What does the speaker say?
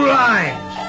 lines